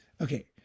okay